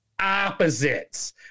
opposites